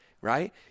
right